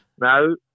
no